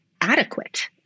adequate